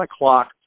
o'clock